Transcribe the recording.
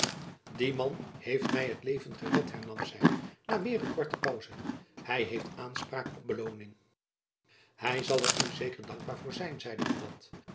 die man heeft my het leven gered hernam zy na weêr een korte pauze hy heeft aanspraak op belooning hy zal er u zeker dankbaar voor zijn zeide buat